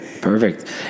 perfect